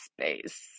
space